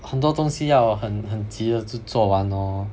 很多东西要很很急的就做完 lor